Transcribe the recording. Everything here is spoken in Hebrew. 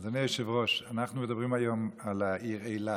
אדוני היושב-ראש, חברי הכנסת,